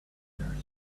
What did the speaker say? spinners